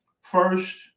first